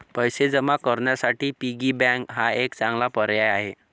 पैसे जमा करण्यासाठी पिगी बँक हा एक चांगला पर्याय आहे